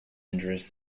injurious